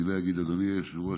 אני לא אגיד "אדוני היושב-ראש",